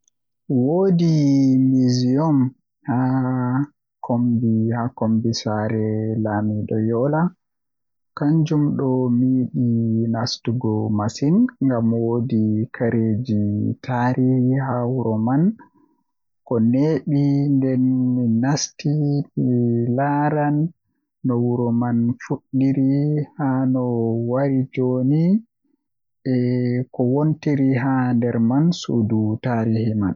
Woodi miseum haa kombi haa kombi saare lamido yola kanjum do mi yidi nastugo masin ngam woodi kareeji tari wuro man ko neebi nden tomi nasti mi laaran no wuro man fuddiri haa no wari jooni ko wontiri haa nder man suudu tarihi man.